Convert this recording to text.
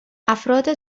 افراد